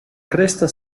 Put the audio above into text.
cresta